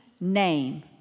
name